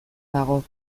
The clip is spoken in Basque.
dago